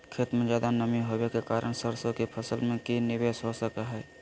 खेत में ज्यादा नमी होबे के कारण सरसों की फसल में की निवेस हो सको हय?